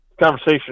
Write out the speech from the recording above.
conversation